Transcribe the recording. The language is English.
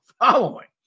following